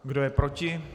Kdo je proti?